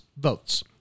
votes